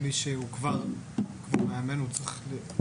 למי שהוא כבר מאמן וצריך להירשם?